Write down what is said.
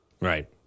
Right